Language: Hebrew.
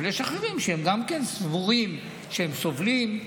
אבל יש אחרים שגם כן סבורים שהם סובלים.